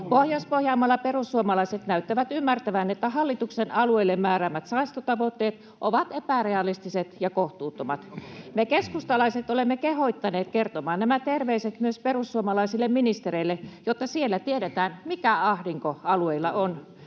Pohjois-Pohjanmaalla perussuomalaiset näyttävät ymmärtävän, että hallituksen alueille määräämät säästötavoitteet ovat epärealistiset ja kohtuuttomat. Me keskustalaiset olemme kehottaneet kertomaan nämä terveiset myös perussuomalaisille ministereille, jotta siellä tiedetään, mikä ahdinko alueilla on.